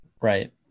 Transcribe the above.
Right